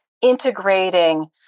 integrating